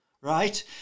right